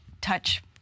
touch